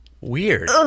Weird